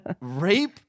Rape